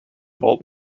vault